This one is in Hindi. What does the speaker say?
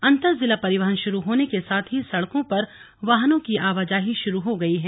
अंतर जिला परिवहन शुरू होने के साथ ही सड़कों पर वाहनों की आवाजाही शुरू हो गई है